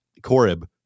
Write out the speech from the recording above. Korib